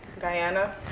Guyana